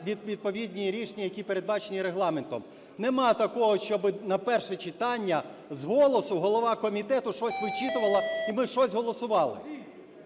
відповідні рішення, які передбачені Регламентом. Немає такого, щоб на перше читання з голосу голова комітету щось вичитувала, і ми щось голосували.